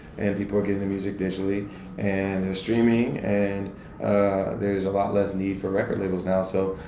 and people are getting their music digitally and they're streaming. and there's a lot less need for record labels now. so,